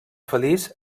feliç